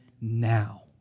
now